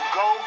go